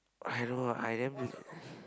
I don't know I damn